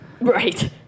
Right